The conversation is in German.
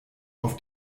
auf